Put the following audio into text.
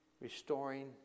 restoring